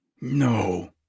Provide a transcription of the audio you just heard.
No